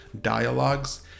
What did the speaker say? dialogues